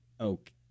Okay